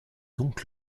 donc